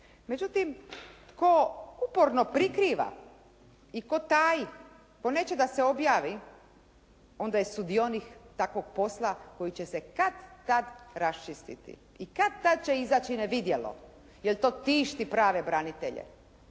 Međutim, tko uporno prikriva i tko taji, tko neće da se objavi onda je sudionik takvog posla koji će se kad-tad raščistiti, i kad-tad će izaći na vidjelo, jer to tišti prave branitelje.